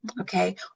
Okay